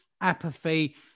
apathy